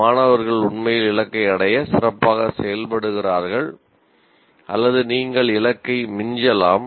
மாணவர்கள் உண்மையில் இலக்கை அடைய சிறப்பாக செயல்படுகிறார்கள் அல்லது நீங்கள் இலக்கை மிஞ்சலாம்